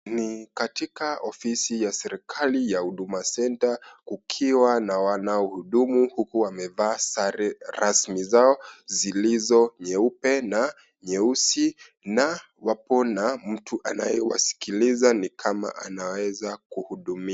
Ni katika ofisi ya serikari ya Huduma Center, kukiwa na wanaohudumu huku wamevaa sare rasmi zao zilizo nyeupe na nyeusi, na wapo na mtu anaye wasikiliza ni kama anaweza kuhudumiwa.